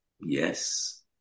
yes